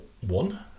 one